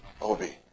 Obi